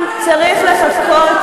צריך לחכות?